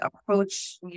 approach